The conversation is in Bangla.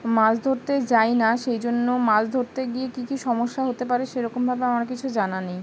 মাছ ধরতে যাই না সেই জন্য মাছ ধরতে গিয়ে কী কী সমস্যা হতে পারে সেরকমভাবে আমার কিছু জানা নেই